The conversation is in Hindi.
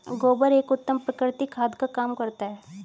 गोबर एक उत्तम प्राकृतिक खाद का काम करता है